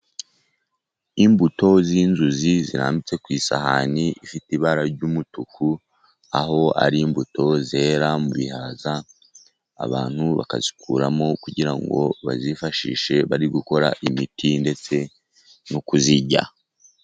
Imbuto z'inzuzi zirambitse ku isahani ifite ibara ry'umutuku, aho ari imbuto zera mu bihaza, abantu bakazikuramo, kugira ngo bazifashishe bari gukora imiti, ndetse no kuzirya.